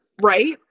Right